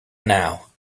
now